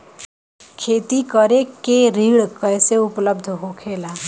खेती करे के ऋण कैसे उपलब्ध होखेला?